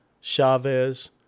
Chavez